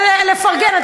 ולפרגן.